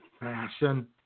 fashion